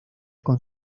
con